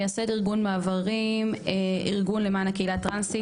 מייסד ארגון מעברים - ארגון למען הקהילה הטרנסית.